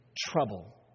trouble